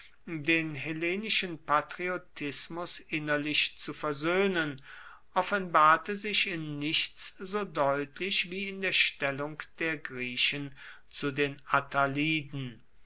den hellenischen patriotismus innerlich zu versöhnen offenbarte sich in nichts so deutlich wie in der stellung der griechen zu den